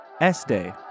S-Day